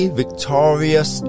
victorious